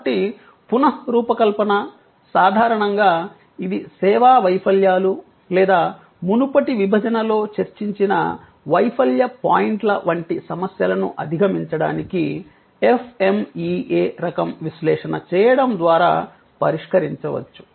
కాబట్టి పునఃరూపకల్పన సాధారణంగా ఇది సేవా వైఫల్యాలు లేదా మునుపటి విభజనలో చర్చించిన వైఫల్య పాయింట్ల వంటి సమస్యలను అధిగమించడానికి FMEA రకం విశ్లేషణ చేయడం ద్వారా పరిష్కరించవచ్చు